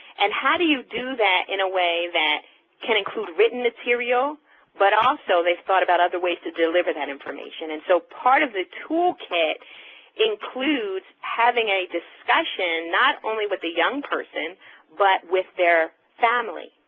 and how do you do that in a way that can include written material but also they've thought about other ways to deliver that information? and so part of the toolkit includes having a discussion not only with the young person but with their family,